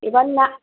এবার না